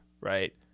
Right